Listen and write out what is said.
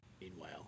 meanwhile